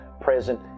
present